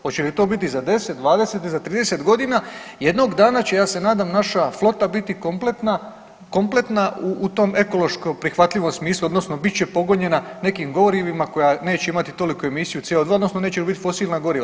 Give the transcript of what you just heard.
Hoće li to biti za 10, 20 ili za 3o godina jednog dana će ja se nadam naša flota biti kompletna u tom ekološki prihvatljivom smislu, odnosno bit će pogonjena nekim gorivima koja neće imati toliku emisiju CO2, odnosno neće biti fosilna goriva.